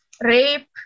rape